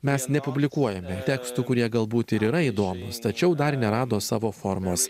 mes nepublikuojame tekstų kurie galbūt ir yra įdomūs tačiau dar nerado savo formos